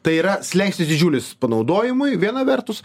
tai yra slenkstis didžiulis panaudojimui viena vertus